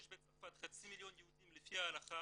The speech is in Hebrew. יש בצרפת חצי מיליון יהודים לפי ההלכה